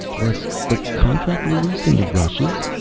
was the contract release in the rushes?